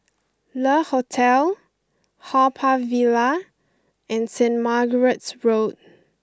Le Hotel Haw Par Villa and Saint Margaret's Road